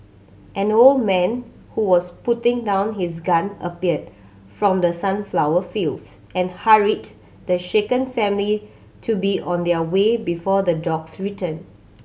an old man who was putting down his gun appeared from the sunflower fields and hurried the shaken family to be on their way before the dogs return